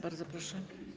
Bardzo proszę.